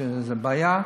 שזו בעיה.